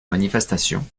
manifestation